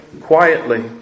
quietly